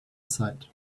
sight